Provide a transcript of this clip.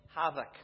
havoc